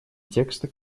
текста